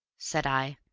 said i,